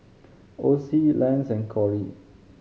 Ocie Lance and Kori